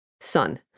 Son